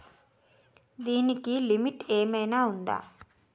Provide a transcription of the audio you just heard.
దీనికి లిమిట్ ఆమైనా ఉందా?